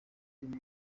arimo